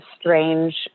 strange